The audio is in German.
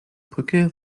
brücke